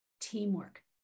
teamwork